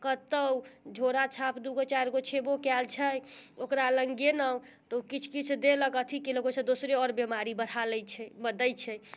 कतहुँ झोरा छाप दू गो चारि गो छयबो कयल छै ओकरा लग गेलहुँ तऽ ओ किछु किछु देलक अथी कयलक ओहिसँ दोसरे आओर बीमारी बढ़ा लय छै दय छै